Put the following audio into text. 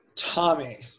tommy